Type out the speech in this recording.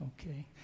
Okay